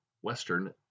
western